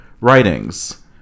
writings